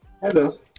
hello